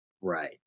Right